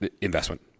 Investment